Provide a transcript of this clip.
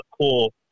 cool